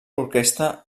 orquestra